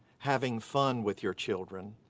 having fun with your children.